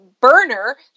burner